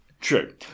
True